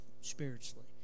spiritually